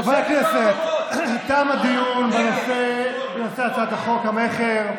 חברי הכנסת, תם הדיון בנושא הצעת חוק המכר.